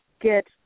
get